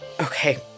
okay